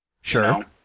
Sure